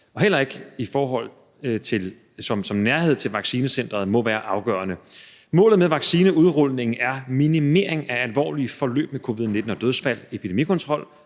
Heller ikke forhold som nærhed til vaccinecenteret må være afgørende. Målet med vaccineudrulningen er minimering af alvorlige forløb med covid-19 og dødsfald, epidemikontrol